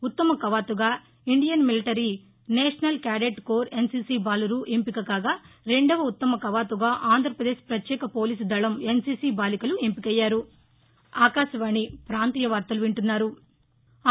ఉత్తమ కవాతుగా Indian military national cadet corps NCC బాలురు ఎంపిక కాగా రెండవ ఉత్తమ కవాతుగా ఆంధ్రపదేశ్ పత్యేక పోలీసు దళం ఎన్సిసి బాలికలు ఎంపికయ్యారు